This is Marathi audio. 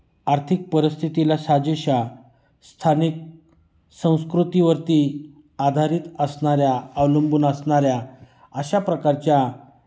आर्थिक परिस्थितीला साजेशा स्थानिक संस्कृतीवरती आधारित असणाऱ्या अवलंबून असणाऱ्या अशा प्रकारच्या